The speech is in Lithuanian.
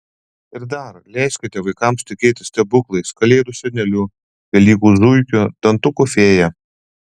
ir dar leiskite vaikams tikėti stebuklais kalėdų seneliu velykų zuikiu dantukų fėja